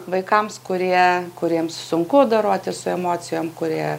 vaikams kurie kuriems sunku dorotis su emocijom kurie